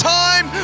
time